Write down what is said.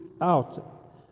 out